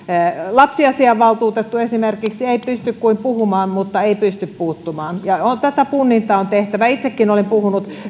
lapsiasiainvaltuutettu esimerkiksi ei pysty kuin puhumaan mutta ei pysty puuttumaan tätä punnintaa on tehtävä itsekin olen puhunut